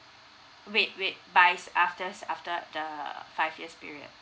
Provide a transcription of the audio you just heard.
wait wait buys afters after the five yes period